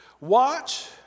watch